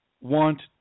want